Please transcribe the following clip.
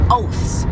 oaths